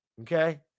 Okay